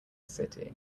city